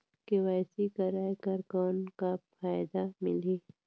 KYC कराय कर कौन का फायदा मिलही?